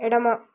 ఎడమ